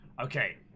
Okay